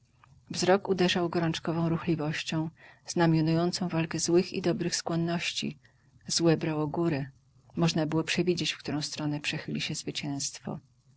wzrok uderzał gorączkową ruchliwością znamionującą walkę złych i dobrych skłonności złe brało górę można było przewidzieć w którą stronę przechyli się zwycięstwo